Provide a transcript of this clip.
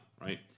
right